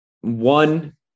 one